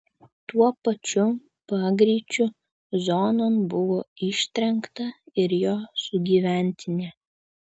tuo pačiu pagreičiu zonon buvo ištrenkta ir jo sugyventinė